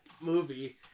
movie